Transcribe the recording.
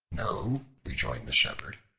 no, rejoined the shepherd.